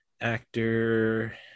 actor